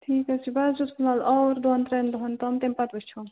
ٹھیٖک حظ چھُ بہٕ حظ چھُس فِلحال آوُر دۄَن ترٛٮ۪ن دۄہَن تام تَمہِ وُچھو